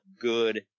good